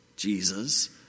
Jesus